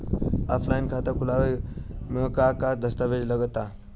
Offline खाता खुलावे म का का दस्तावेज लगा ता?